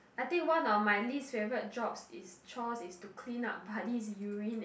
I think one of my least favorite jobs is chores is to clean up Buddy's urine and